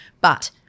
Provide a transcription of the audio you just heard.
But-